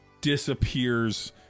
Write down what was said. disappears